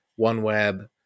OneWeb